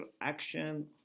action